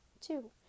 Two